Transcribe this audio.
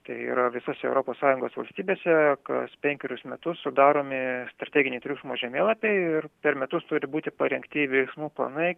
tai yra visose europos sąjungos valstybėse kas penkerius metus sudaromi strateginiai triukšmo žemėlapiai ir per metus turi būti parengti veiksmų planai